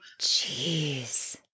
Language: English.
Jeez